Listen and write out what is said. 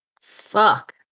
Fuck